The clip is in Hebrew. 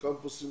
בקמפוסים,